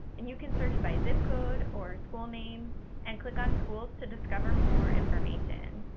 and you can search by zip code or school name and click on schools to discover more information.